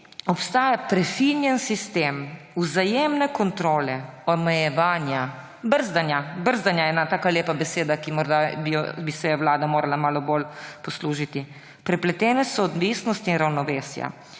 obstaja prefinjen sistem vzajemne kontrole, omejevanja, brzdanja …« brzdanje je ena taka lepa beseda, ki bi se je morda Vlada morala malo bolj poslužiti, »prepletene soodvisnosti in ravnovesja.